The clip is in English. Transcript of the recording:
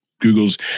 Google's